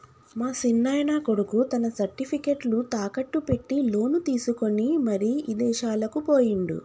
మా సిన్నాయన కొడుకు తన సర్టిఫికేట్లు తాకట్టు పెట్టి లోను తీసుకొని మరి ఇదేశాలకు పోయిండు